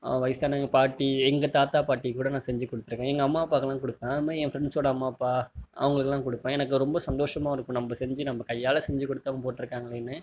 வயசான எங்கள் பாட்டி எங்கள் தாத்தா பாட்டிக்கு கூட நான் செஞ்சு கொடுத்துருக்கேன் எங்கள் அம்மா அப்பாக்குலாம் கொடுப்பேன் அதுமாதிரி ஏன் ஃப்ரெண்ட்ஸோட அம்மா அப்பா அவங்களுக்கெல்லாம் கொடுப்பேன் எனக்கு ரொம்ப சந்தோசமாக இருக்கும் நம்ப செஞ்சு நம்ப கையால் செஞ்சிக்கொடுத்து அவங்க போட்ருக்காங்களேன்னு